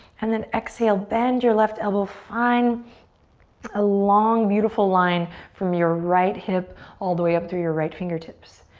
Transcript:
and then exhale, bend your left elbow. find a long, beautiful line from your right hip all the way up through your right fingertips.